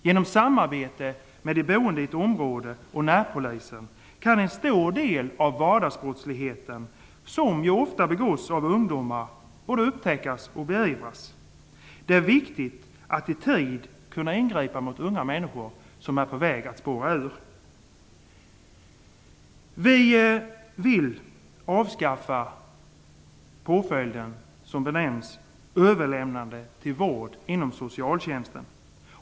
Genom samarbete mellan de boende i ett område och närpolisen kan en stor del av vardagsbrottsligheten, som ju ofta begås av ungdomar, både upptäckas och beivras. Det är viktigt att i tid kunna ingripa mot unga människor som är på väg att spåra ur. Vi vill avskaffa den påföljd som benämns överlämnade till vård inom socialtjänsten.